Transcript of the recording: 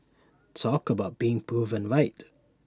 talk about being proven right